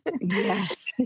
Yes